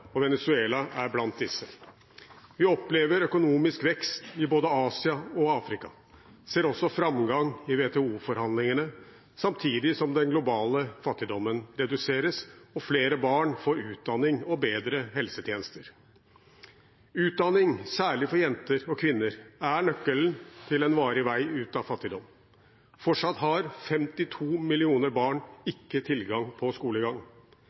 og Venezuela er blant disse. Vi opplever økonomisk vekst i både Asia og Afrika, vi ser også framgang i WTO-forhandlingene, samtidig som den globale fattigdommen reduseres og flere barn får utdanning og bedre helsetjenester. Utdanning, særlig for jenter og kvinner, er nøkkelen til en varig vei ut av fattigdom. Fortsatt har 58 millioner barn ikke tilgang til skolegang.